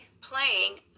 playing